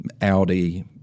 Audi